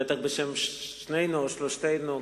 בטח בשם שנינו או שלושתנו,